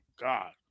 God